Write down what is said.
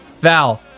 Val